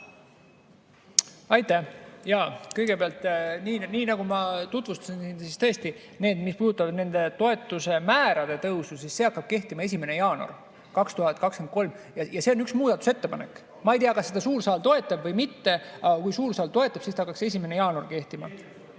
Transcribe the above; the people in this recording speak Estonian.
Aitäh! Jaa, kõigepealt, nii nagu ma tutvustasin, tõesti see, mis puudutab toetuste määrade tõusu, hakkab kehtima 1. jaanuaril 2023. See on üks muudatusettepanek. Ma ei tea, kas suur saal toetab seda või mitte, aga kui suur saal toetab, siis see hakkaks 1. jaanuaril kehtima.